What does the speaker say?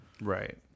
right